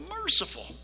merciful